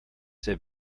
sehr